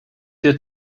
der